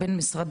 או לא להטיל,